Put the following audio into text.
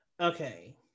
okay